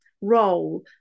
role